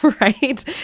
right